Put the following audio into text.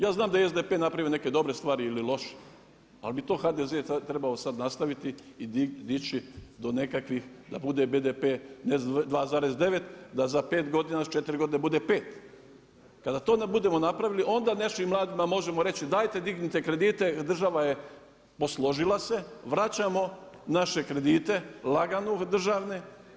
Ja znam da je i SDP napravio neke dobre stvari ili loše, ali bi to HDZ sad trebao nastaviti i dići do nekakvih da bude BDP ne 2,9, da za 5 godina, za 4 godine bude 5. Kada to budemo napravili onda našim mladima možemo reći dajte dignite kredite, država je posložila se, vraćamo naše kredite, lagano državne.